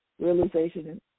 realization